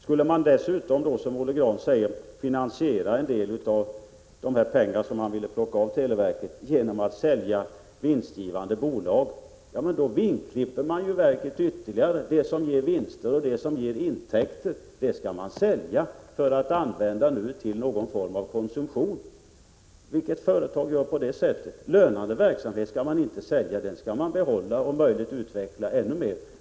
Skulle man dessutom, som Olle Grahn säger, finansiera en del av de pengar som man vill ta ifrån televerket genom att sälja vinstgivande bolag, ja, då vingklipper man ju verket ytterligare. Det som ger vinster och intakter skall man alltså sälja för att få in medel som kan användas till någon form av konsumtion, men vilket företag gör på det sättet? Lönande verksamhet skall man inte sälja, utan den skall man behålla och om möjligt utveckla ännu mera.